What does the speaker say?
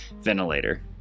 ventilator